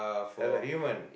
as a human